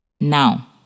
Now